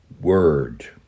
word